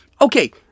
okay